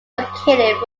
located